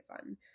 fun